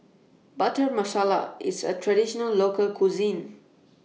Butter Masala IS A Traditional Local Cuisine